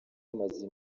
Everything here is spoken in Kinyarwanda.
hamaze